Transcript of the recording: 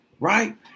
right